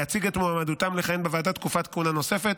להציג את מועמדותם לכהן בוועדה תקופת כהונה נוספת,